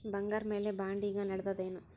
ಬಂಗಾರ ಮ್ಯಾಲ ಬಾಂಡ್ ಈಗ ನಡದದೇನು?